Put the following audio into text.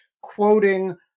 quoting